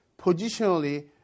Positionally